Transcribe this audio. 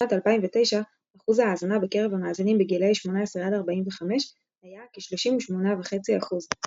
בשנת 2009 אחוז ההאזנה בקרב המאזינים בגילאי 18 עד 45 היה כ-38.5 אחוז.